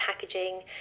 packaging